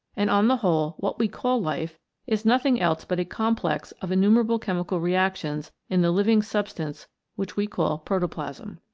and on the whole what we call life is nothing else but a complex of in numerable chemical reactions in the living sub stance which we call protoplasm.